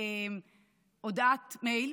הודעת מייל